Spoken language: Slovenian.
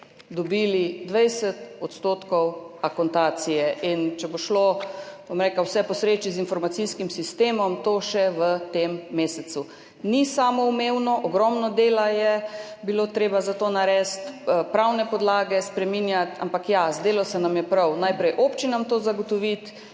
dobili 20 % akontacije, in če bo šlo vse po sreči z informacijskim sistemom, to še v tem mesecu. Ni samoumevno, ogromno dela je bilo treba za to narediti, pravne podlage spreminjati, ampak ja, zdelo se nam je prav najprej občinam to zagotoviti